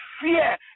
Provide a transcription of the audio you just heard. fear